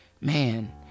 man